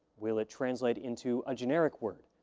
will it translate into a generic word.